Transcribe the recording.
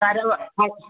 കരുവ അത്